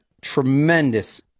tremendous